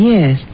Yes